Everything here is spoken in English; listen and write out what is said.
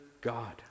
God